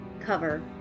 cover